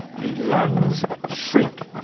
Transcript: the lungs shrink,